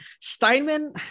Steinman